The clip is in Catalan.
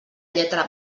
lletra